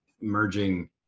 merging